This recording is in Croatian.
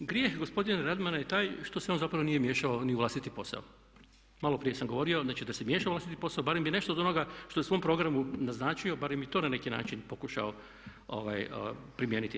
Grijeh gospodina Radmana je taj što se on zapravo nije miješao ni u vlastiti posao. malo prije sam govorio, znači da se miješao u vlastiti posao barem bi nešto od onoga što je u svom programu naznačio barem bi to na neki način pokušao primijeniti.